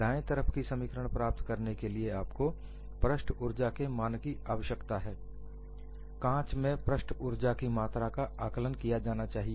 दाएं तरफ का समीकरण प्राप्त करने के लिए आपको पृष्ठ ऊर्जा के मान की आवश्यकता है कांच में पृष्ठ ऊर्जा की मात्रा को आकलन किया जाना चाहिए